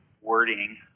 wording